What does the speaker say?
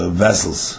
vessels